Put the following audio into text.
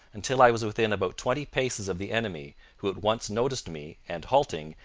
until i was within about twenty paces of the enemy, who at once noticed me and, halting,